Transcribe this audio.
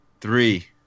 Three